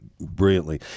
brilliantly